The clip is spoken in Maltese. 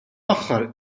aħħar